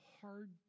hard